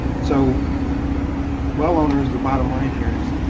so well owners, the bottom line here is,